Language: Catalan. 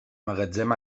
magatzem